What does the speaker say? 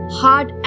hard